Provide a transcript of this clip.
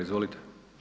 Izvolite.